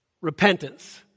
Repentance